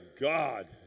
God